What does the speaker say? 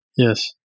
Yes